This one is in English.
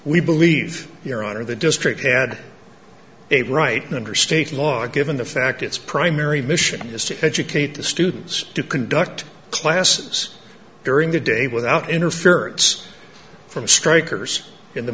we believe your honor the district had it right under state law given the fact its primary mission is to educate the students to conduct classes during the day without interference from strikers in the